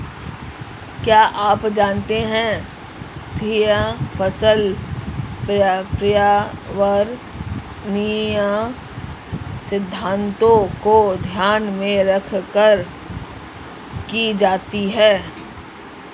क्या आप जानते है स्थायी फसल पर्यावरणीय सिद्धान्तों को ध्यान में रखकर की जाती है?